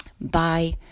Bye